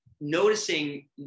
Noticing